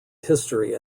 history